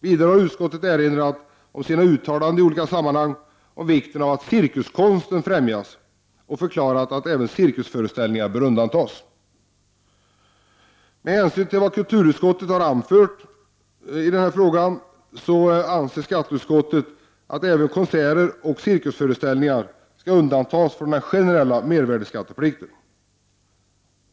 Vidare har utskottet erinrat om sina uttalanden i olika sammanhang om vikten av att cirkuskonsten främjas och förklarat att även cirkusföreställningar bör undantas från mervärdeskatteplikten. Med hänsyn till vad kulturutskottet har anfört i frågan anser skatteutskottet att även konserter och cirkusföreställningar skall undantas från den generella mervärdeskatteplikten.